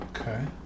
Okay